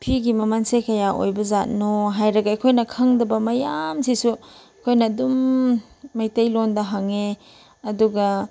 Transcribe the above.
ꯐꯤꯒꯤ ꯃꯃꯜꯁꯦ ꯀꯌꯥ ꯑꯣꯏꯕꯖꯥꯠꯅꯣ ꯍꯥꯏꯔꯒ ꯑꯩꯈꯣꯏꯅ ꯈꯪꯗꯕ ꯃꯌꯥꯝꯁꯤꯁꯨ ꯑꯩꯈꯣꯏꯅ ꯑꯗꯨꯝ ꯃꯩꯇꯩꯂꯣꯟꯗ ꯍꯪꯉꯦ ꯑꯗꯨꯒ